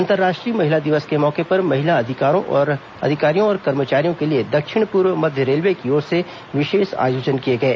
अंतर्राष्ट्रीय महिला दिवस के मौके पर महिला अधिकारियों और कर्मचारियों के लिए दक्षिण पूर्व मध्य रेलवे की ओर से विशेष आयोजन किए गए